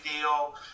deal